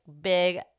big